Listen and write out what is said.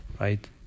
Right